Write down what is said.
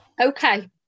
Okay